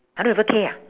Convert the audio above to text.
hundred over K ah